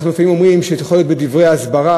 אנחנו לפעמים אומרים שההתמודדות יכולה להיות בדברי ההסברה,